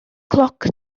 cloc